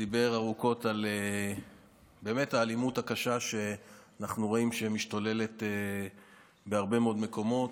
ודיבר ארוכות על האלימות הקשה שאנחנו רואים שמשתוללת בהרבה מאוד מקומות.